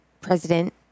president